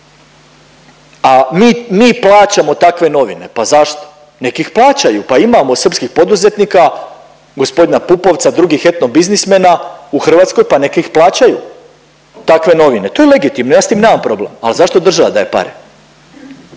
a mi plaćamo takve novine. Pa zašto? Nek ih plaćaju, pa imamo srpskih poduzetnika g. PUpovca drugih etno biznismena u Hrvatskoj pa nek ih plaćaju takve novine. To je legitimno, ja s tim nemam problem, al zašto država daje pare?